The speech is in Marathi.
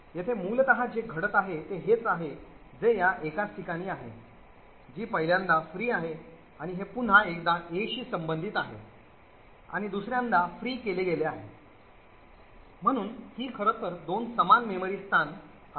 येथे मूलत जे घडत आहे ते हेच आहे जे या एकाच ठिकाणी आहे जी पहिल्यांदा free आहे आणि हे पुन्हा एकदा a शी संबंधित आहे आणि ते दुसऱ्यांदा free केले गेले आहे म्हणून ही खरं तर दोन समान मेमरी स्थान आहे